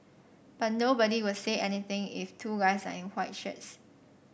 but nobody will say anything if two guys are in white shirts